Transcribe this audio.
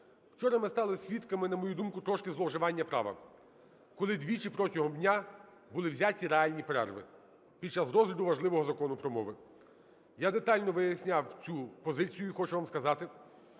Вчора ми стали свідками, на мою думку, трошки зловживання права, коли двічі протягом дня були взяти реальні перерви під час розгляду важливого Закону про мову. Я детально виясняв цю позицію і хочу вам сказати,